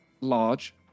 large